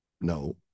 no